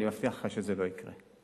אני מבטיח לך שזה לא יקרה.